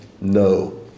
No